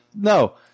No